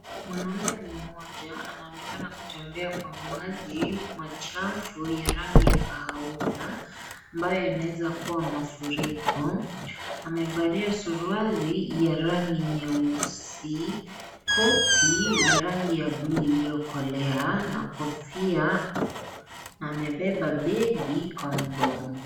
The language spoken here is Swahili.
Mwanaume mmoja anaonekana kutembea Kwa maji iliyo machafu ya rangi ya kahawia , ambayo yanaezakuwa mafuriko amevalia suruali ya rangi nyeusi ,koti la rangi ya bluu iliyokolea na Kofia na amebeba begi Kwa mgongo.